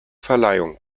verleihung